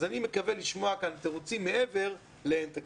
אני מקווה לשמוע כאן תירוצים מעבר ל"אין תקציב".